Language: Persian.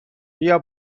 بیا